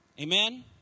Amen